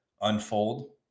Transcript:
unfold